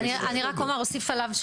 אני רק אוסיף עליו.